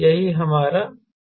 यही हमारा उद्देश्य है